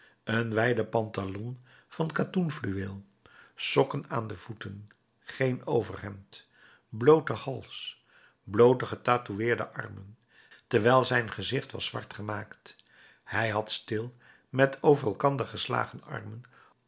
een wijde pantalon van katoenfluweel sokken aan de voeten geen overhemd blooten hals bloote getatoueerde armen terwijl zijn gezicht was zwart gemaakt hij had stil met over elkander geslagen armen